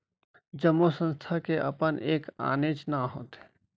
जम्मो संस्था के अपन एक आनेच्च नांव होथे